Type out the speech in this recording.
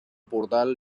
portal